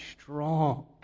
strong